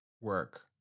Work